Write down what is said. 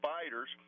Spiders